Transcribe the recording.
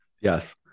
Yes